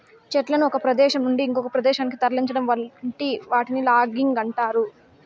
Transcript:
చెట్లను ఒక ప్రదేశం నుంచి ఇంకొక ప్రదేశానికి తరలించటం వంటి వాటిని లాగింగ్ అంటారు